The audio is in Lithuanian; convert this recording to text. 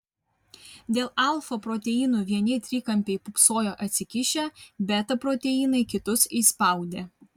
dėl alfa proteinų vieni trikampiai pūpsojo atsikišę beta proteinai kitus įspaudė